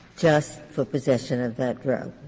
just for possession of that drug,